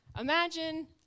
imagine